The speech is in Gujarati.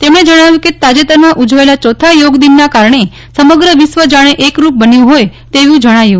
તેમણે જજ્ઞાવ્યું કે તાજેતરમાં ઉજવાયેલા ચોથા યોગ દિનના કારજ્ઞે સમગ્ર વિશ્વ જાણે એકરૂપ બન્યું હોય તેવું જજ્ઞાયું